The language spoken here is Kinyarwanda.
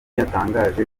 yatangaje